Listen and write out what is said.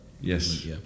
yes